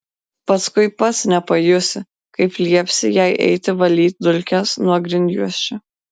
paskui pats nepajusi kaip liepsi jai eiti valyti dulkes nuo grindjuosčių